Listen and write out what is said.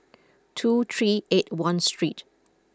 two three eight one street